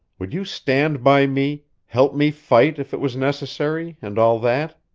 would you stand by me, help me fight if it was necessary, and all that?